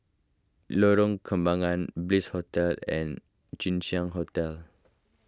Lorong Kembangan Hotel and Jinshan Hotel